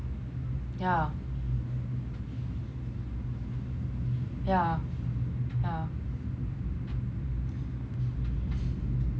yeah yeah yeah